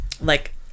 Like-